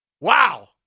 Wow